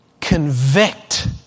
Convict